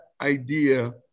idea